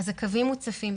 הקווים מוצפים.